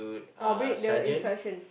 or break the instruction